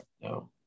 No